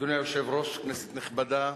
אדוני היושב-ראש, כנסת נכבדה,